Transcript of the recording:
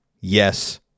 yes